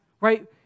Right